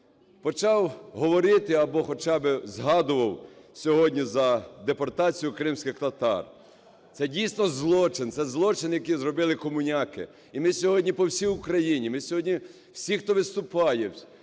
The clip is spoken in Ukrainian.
почав говорити або хоча би згадував сьогодні за депортацію кримських татар. Це дійсно злочин, це злочин, який зробили комуняки. І ми сьогодні по всій Україні, ми сьогодні всі, хто виступає,